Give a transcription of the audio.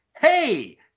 Hey